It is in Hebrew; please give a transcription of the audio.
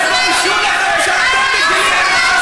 תתביישו לכם שאתם מגינים,